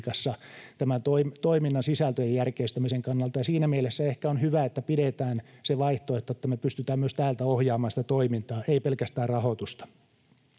toiminnan sisältöjen järkeistämisen kannalta, ja siinä mielessä ehkä on hyvä, että pidetään se vaihtoehto, että me pystytään myös täältä ohjaamaan sitä toimintaa, ei pelkästään rahoitusta.